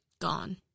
Gone